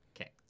Okay